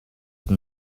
from